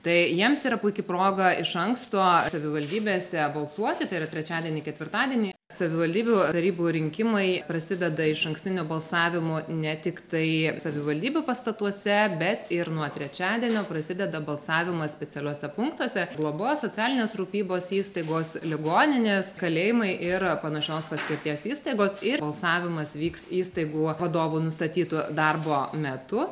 tai jiems yra puiki proga iš anksto savivaldybėse balsuoti tai yra trečiadienį ketvirtadienį savivaldybių tarybų rinkimai prasideda išankstiniu balsavimu ne tiktai savivaldybių pastatuose bet ir nuo trečiadienio prasideda balsavimas specialiuose punktuose globos socialinės rūpybos įstaigos ligoninės kalėjimai ir panašios paskirties įstaigos ir balsavimas vyks įstaigų vadovų nustatytu darbo metu